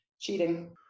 cheating